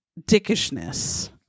dickishness